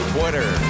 Twitter